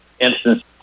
instance